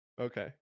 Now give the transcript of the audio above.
Okay